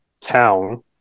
town